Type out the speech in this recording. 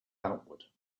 outward